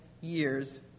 years